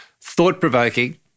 thought-provoking